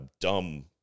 dumb